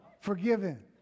forgiven